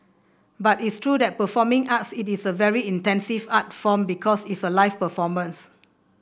but it's true that performing arts it is a very intensive art form because it's a live performance